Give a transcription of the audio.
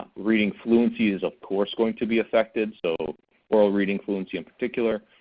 reading fluency is of course going to be affected so oral reading fluency in particular.